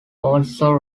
also